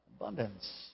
Abundance